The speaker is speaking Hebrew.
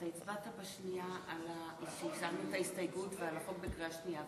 אתה הצבעת בשנייה כשהסרת את ההסתייגות ועל החוק בקריאה שנייה,